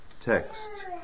text